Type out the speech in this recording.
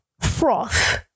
froth